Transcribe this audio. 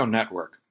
Network